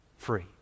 free